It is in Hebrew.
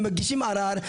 הם מגישים ערער,